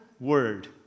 word